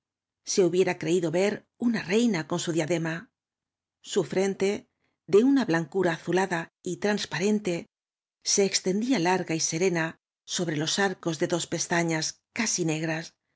se hubiera creído ver una reina con su diadema su frente de una blancura azulada y transparen te se extendía larga y serena sobre los arcos de dos pestañas casi negras